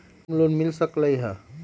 Home loan मिल सकलइ ह?